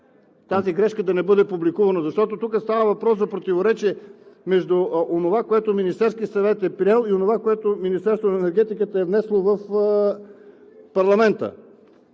тази грешка да не бъде публикувано. Защото тук става въпрос за противоречие между онова, което Министерският съвет е приел, и онова, което Министерството на енергетиката е внесло в парламента.